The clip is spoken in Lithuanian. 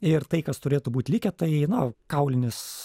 ir tai kas turėtų būt likę tai na kaulinis